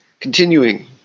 Continuing